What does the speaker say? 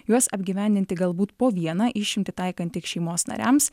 juos apgyvendinti galbūt po vieną išimtį taikant tik šeimos nariams